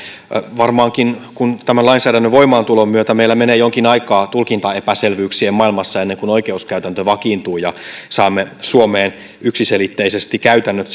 varmaankin tämän lainsäädännön voimaantulon myötä meillä menee jonkin aikaa tulkintaepäselvyyksien maailmassa ennen kuin oikeuskäytäntö vakiintuu ja saamme suomeen yksiselitteisesti käytännöt